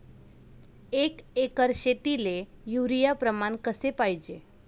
एक एकर शेतीले युरिया प्रमान कसे पाहिजे?